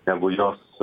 negu jos